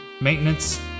maintenance